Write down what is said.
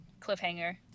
cliffhanger